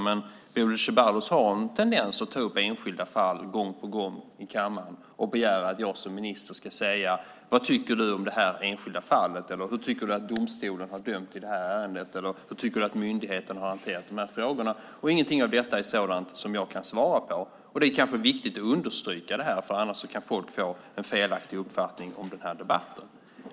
Men Bodil Ceballos har en tendens att ta upp enskilda fall gång på gång i kammaren och begära att jag som minister ska svara på: Vad tycker du om det enskilda fallet? Hur tycker du att domstolen har dömt i det här ärendet? Hur tycker du att myndigheten har hanterat de här frågorna? Ingenting av detta är sådant som jag kan svara på. Det är kanske viktigt att understryka det. Annars kan folk få en felaktig uppfattning om den här debatten.